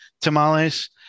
tamales